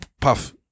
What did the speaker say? Puff